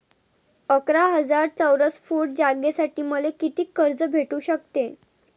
अकरा हजार चौरस फुट जागेसाठी मले कितीक कर्ज भेटू शकते?